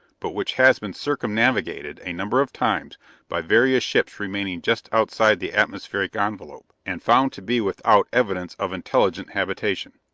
but which has been circumnavigated a number of times by various ships remaining just outside the atmospheric envelope, and found to be without evidence of intelligent habitation.